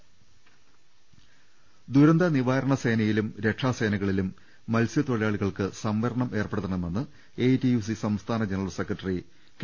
്്്്്്്് ദുരന്ത നിവാരണ സേനയിലും രക്ഷാ സേനകളിലും മത്സ്യത്തൊ ഴിലാളികൾക്ക് സംവരണം ഏർപ്പെടുത്തണമെന്ന് AITUC സംസ്ഥാന ജനറൽ സെക്രട്ടറി കെ